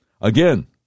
Again